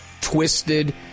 twisted